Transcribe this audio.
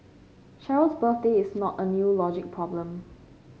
Cheryl's birthday is not a new logic problem